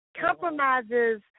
compromises